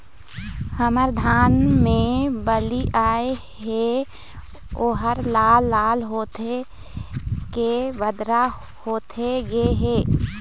हमर धान मे बाली आए हे ओहर लाल लाल होथे के बदरा होथे गे हे?